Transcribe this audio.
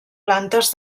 plantes